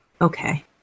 Okay